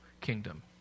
kingdom